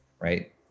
right